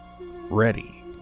ready